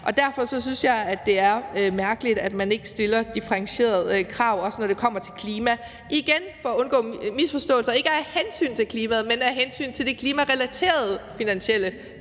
Og derfor synes jeg, det er mærkeligt, at man ikke stiller differentierede krav, også når det kommer til klima. Igen vil jeg sige, for at undgå misforståelser, at det ikke er af hensyn til klimaet, men af hensyn til de klimarelaterede finansielle